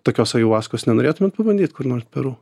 tokios ajuvaskos nenorėtumėt pabandyt kur nors peru